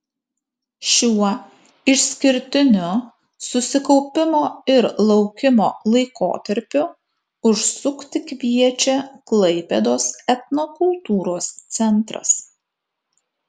šiuo išskirtiniu susikaupimo ir laukimo laikotarpiu užsukti kviečia klaipėdos etnokultūros centras